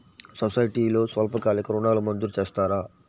సొసైటీలో స్వల్పకాలిక ఋణాలు మంజూరు చేస్తారా?